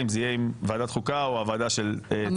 אם זה יהיה עם ועדת חוקה או עם הוועדה של צביקה פוגל.